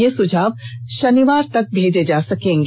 ये सुझाव शनिवार तक भेजे जा सकते हैं